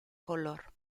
color